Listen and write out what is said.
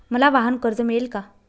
मला वाहनकर्ज मिळेल का?